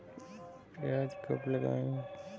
प्याज कब लगाएँ?